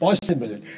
possible